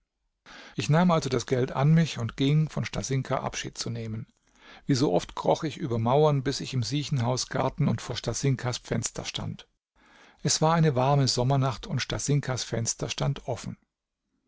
ich nahm also das geld an mich und ging von stasinka abschied zu nehmen wie so oft kroch ich über mauern bis ich im siechenhausgarten und vor stasinkas fenster stand es war eine warme sommernacht und stasinkas fenster stand offen